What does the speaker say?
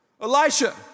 Elisha